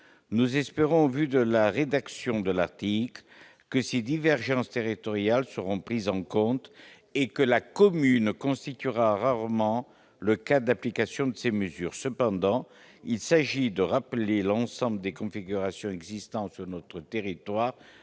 nous espérons en vue de la rédaction de l'article que ces divergences territoriales seront prises en compte et que la commune constituera rarement le cas d'application de ces mesures, cependant, il s'agit de rappeler l'ensemble des configurations existantes sur notre territoire,